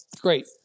Great